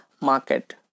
market